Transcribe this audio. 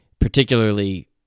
particularly